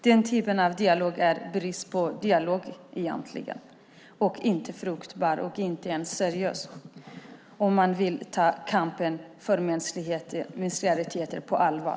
Den typen av dialog eller snarare brist på dialog är inte fruktbar och inte ens seriös om man vill ta kampen för mänskliga rättigheter på allvar.